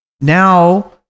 Now